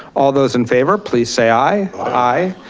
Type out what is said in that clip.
all those in favor please say i. i.